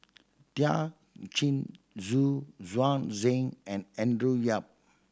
Thiam Chin Xu Yuan Zhen and Andrew Yip